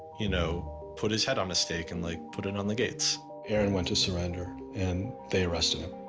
you know put his head on the stakes and like put it on the gates. aaron went to surrender and they arrested him.